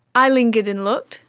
i lingered and looked.